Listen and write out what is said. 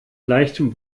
leichtem